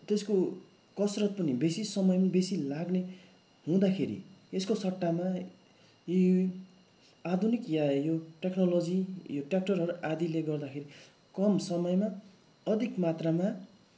त्यसको कसरत पनि बेसी समय पनि बेसी लाग्ने हुँदाखेरि यसको सट्टामा यो आधुनिक वा यो टेक्नोलोजी यो ट्य्राक्टरहरू आदिले गर्दाखेरि कम समयमा अधिक मात्रामा